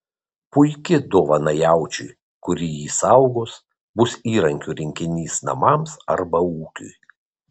puiki dovana jaučiui kuri jį saugos bus įrankių rinkinys namams arba ūkiui